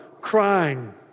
crying